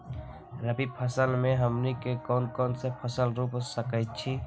रबी फसल में हमनी के कौन कौन से फसल रूप सकैछि?